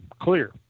clear